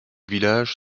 village